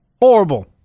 Horrible